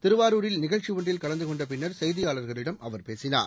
திருவாரூரில் நிகழ்ச்சி ஒன்றில் கலந்து கொண்ட பின்னர் செய்தியாளர்களிடம் அவர் பேசினார்